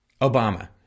Obama